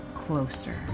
closer